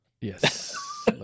Yes